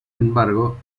embargo